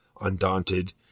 Undaunted